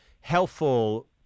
helpful